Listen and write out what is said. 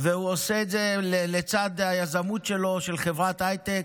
והוא עושה את זה לצד היזמות שלו, של חברת הייטק,